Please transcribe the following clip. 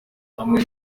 hamwe